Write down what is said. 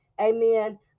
amen